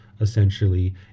essentially